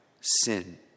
sin